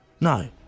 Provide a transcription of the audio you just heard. No